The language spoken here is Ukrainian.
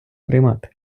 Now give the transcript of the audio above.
приймати